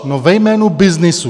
No, ve jménu byznysu.